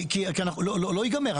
כי לא ייגמר.